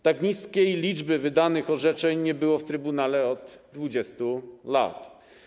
Tak niskiej liczby wydanych orzeczeń nie było w trybunale od 20 lat.